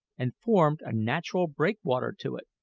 and formed a natural breakwater to it.